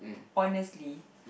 honestly